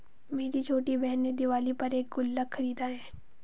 मेरी छोटी बहन ने दिवाली पर एक गुल्लक खरीदा है